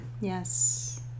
Yes